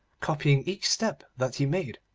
copying each step that he made,